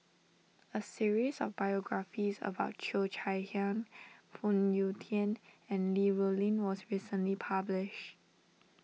a series of biographies about Cheo Chai Hiang Phoon Yew Tien and Li Rulin was recently published